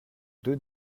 deux